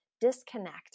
disconnect